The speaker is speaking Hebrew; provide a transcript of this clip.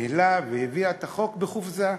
ניהלה והביאה את החוק בחופזה.